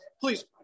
please